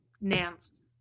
Nance